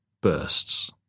bursts